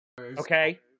Okay